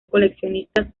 coleccionistas